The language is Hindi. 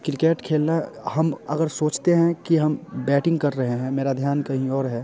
क्रिकेट खेलना हम अगर सोचते हैं कि हम बैटिंग कर रहे हैं मेरा ध्यान कहीं और है